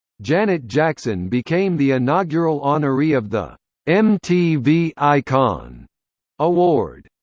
janet jackson became the inaugural honoree of the mtv icon award,